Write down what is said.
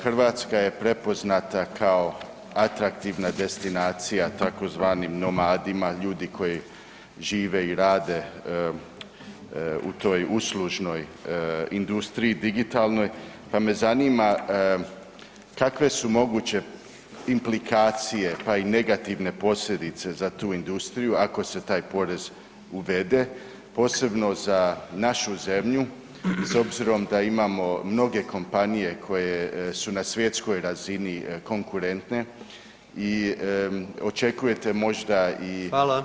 Hrvatska je prepoznata kao atraktivna destinacija, tzv. nomadima, ljudi koji žive i rade u toj uslužnoj industriji digitalnoj, pa me zanima kakve su moguće implikacije, pa i negativne posljedice za tu industriju, ako se taj porez uvede, posebno za našu zemlju s obzirom da imamo mnoge kompanije koje su na svjetskoj razini konkurentne i očekujete možda i